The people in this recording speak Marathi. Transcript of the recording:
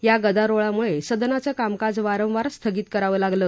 या गदारोळामुळे सदनाचं कामकाज वारंवार स्थगित करावं लागलं